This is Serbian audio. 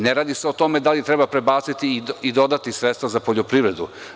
Ne radi se o tome da li treba prebaciti i dodati sredstva za poljoprivredu.